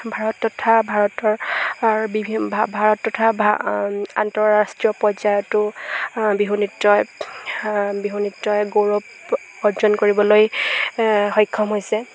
ভাৰত তথা ভাৰতৰ ভাৰত তথা আন্তঃৰাষ্ট্ৰীয় পৰ্যায়তো বিহু নৃত্যই বিহু নৃত্যই গৌৰৱ অৰ্জন কৰিবলৈ সক্ষম হৈছে